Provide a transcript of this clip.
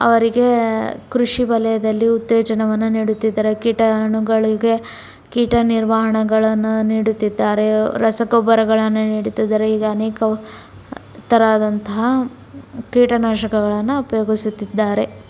ಅವರಿಗೆ ಕೃಷಿ ವಲಯದಲ್ಲಿ ಉತ್ತೇಜನವನ್ನು ನೀಡುತ್ತಿದ್ದಾರೆ ಕೀಟಾಣುಗಳಿಗೆ ಕೀಟ ನಿರ್ವಹಣಗಳನ್ನು ನೀಡುತ್ತಿದ್ದಾರೆ ರಸಗೊಬ್ಬರಗಳನ್ನು ನೀಡುತ್ತಿದ್ದಾರೆ ಹೀಗೆ ಅನೇಕ ಥರದಂತಹ ಕೀಟ ನಾಶಕಗಳನ್ನು ಉಪಯೋಗಿಸುತ್ತಿದ್ದಾರೆ